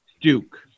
Duke